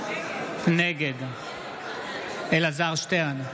נגד אלעזר שטרן,